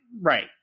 right